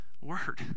word